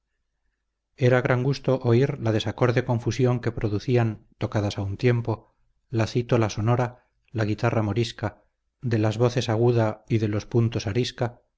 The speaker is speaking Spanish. era gran gusto oír la desacorde confusión que producían tocadas a un tiempo la cítola sonora la guitarra morisca de las voces aguda e de los puntos arisca